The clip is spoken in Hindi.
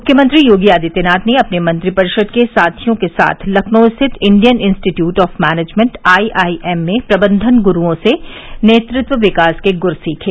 मुख्यमंत्री योगी आदित्यनाथ ने अपने मंत्रिपरिषद के साथियों के साथ लखनऊ स्थित Indian Institute of Management IIM में प्रबंधन गुरूओं से नेतृत्व विकास के गुर सीखे